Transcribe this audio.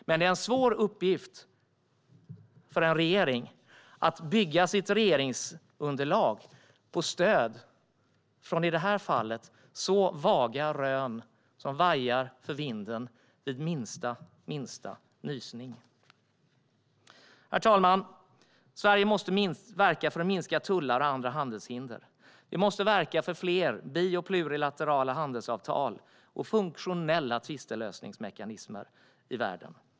Men det är en svår uppgift för en regering att bygga sitt regeringsunderlag på stöd från så svaga rön som vajar för vinden vid minsta nysning. Herr talman! Sverige måste verka för att minska tullar och andra handelshinder. Vi måste verka för fler bi och plurilaterala handelsavtal och funktionella tvistlösningsmekanismer i världen.